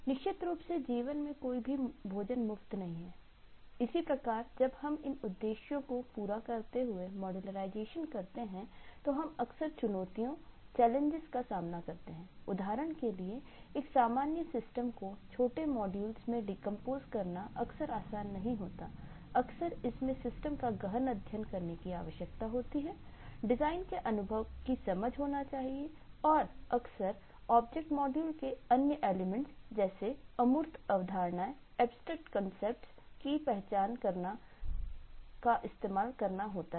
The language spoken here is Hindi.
निश्चित रूप से जीवन में कोई भी भोजन मुफ्त नहीं है इसी प्रकार जब आप इन उद्देश्यों को पूरा करते हुए मॉड्यूर्लाइज़ेशन की पहचान करना का इस्तेमाल करना होता है